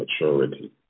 maturity